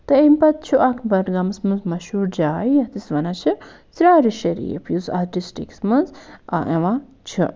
تہٕ اَمہِ پَتہٕ چھُ اکھ بڈگامَس منٛز مَشہوٗر جاے یَتھ أسۍ وَنان چھِ ژرٛارِ شٔریٖف یُس اَتھ ڈِسٹرکَس منٛز اَ یِوان چھُ